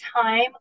time